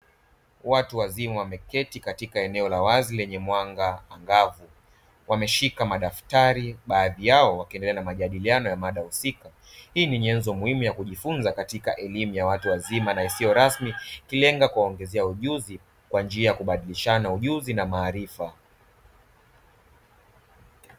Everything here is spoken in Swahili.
Watu wazima wameketi katika eneo la wazi lenye mwanga angavu wameshika madaftari baadhi yao wakiendelea na majadiliano ya mada husika, hii ni nyenzo muhimu ya kujifunza katika elimu ya watu wazima na isiyo rasmi ikilenga kuwaongezea ujuzi kwa njia ya kubadilishana ujuzi na maarifa.